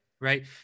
right